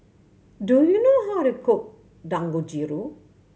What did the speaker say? do you know how to cook Dangojiru